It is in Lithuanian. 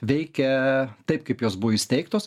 veikia taip kaip jos buvo įsteigtos